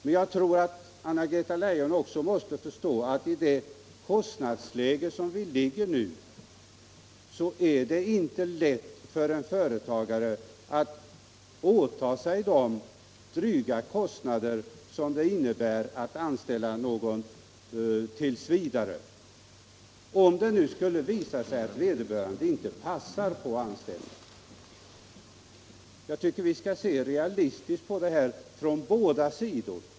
Anna-Greta Leijon måste väl ändå förstå att i det kostnadsläge som vi nu har är det inte lätt för en företagare att ta på sig de dryga kostnader som det innebär att anställa någon, om det sedan skulle visa sig att vederbörande inte passar på den platsen. Jag tycker att vi skall se realistiskt på detta från båda sidor.